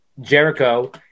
Jericho